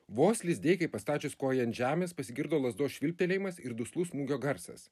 vos lizdeikai pastačius koją ant žemės pasigirdo lazdos švilptelėjimas ir duslus smūgio garsas